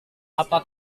apa